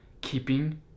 keeping